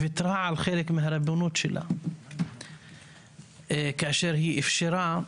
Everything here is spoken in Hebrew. היא ויתרה על חלק מהריבונות שלה כאשר היא אפשרה,